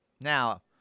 Now